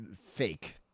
Fake